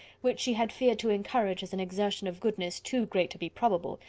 which she had feared to encourage as an exertion of goodness too great to be probable,